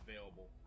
available